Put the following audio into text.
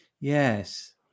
Yes